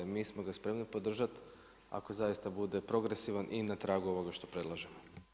Mi smo ga spremni podržat ako zaista bude progresivan i na tragu ovoga što predlažemo.